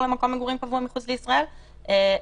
בחו"ל,